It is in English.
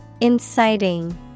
Inciting